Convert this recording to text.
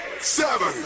seven